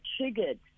triggered